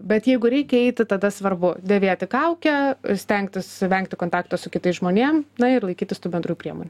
bet jeigu reikia eiti tada svarbu dėvėti kaukę stengtis vengti kontakto su kitais žmonėm na ir laikytis tų bendrųjų priemonių